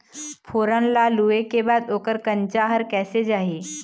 फोरन ला लुए के बाद ओकर कंनचा हर कैसे जाही?